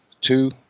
two